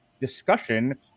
discussion